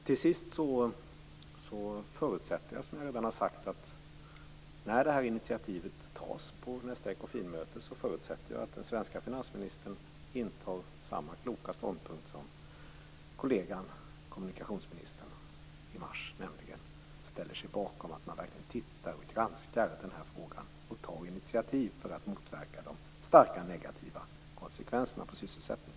Till sist förutsätter jag, som jag redan har sagt, att när det här initiativet tas på nästa Ekofinmöte intar den svenske finansministern samma kloka ståndpunkt som kollegan kommunikationsministern i mars, nämligen ställer sig bakom att man verkligen granskar den här frågan och tar initiativ för att motverka de starka negativa konsekvenserna på sysselsättningen.